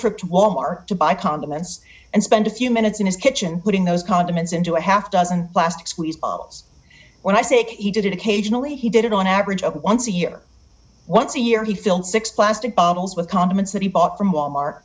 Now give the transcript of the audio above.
to walmart to buy condiments and spend a few minutes in his kitchen putting those condiments into a half dozen plastic squeeze when i say he did it occasionally he did it on average of once a year once a year he filled six plastic bottles with condiments that he bought from walmart